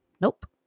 Nope